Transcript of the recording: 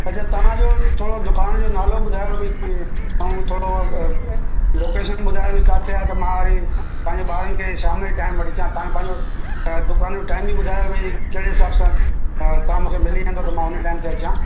अच्छा तव्हांजो थोरो दुकान जो नालो ॿुधायो भई की ऐं थोरो लोकेशन ॿुधायो किथे आहे त मां वरी पंहिंजे ॿारनि खे शामजे टाइम वठी अचां तव्हां पंहिंजो दुकान जो टाइम बि ॿुधायो भाई कहिड़े हिसाबु सां तव्हां मूंखे मिली वेंदो त मां हुन टाइम ते अचां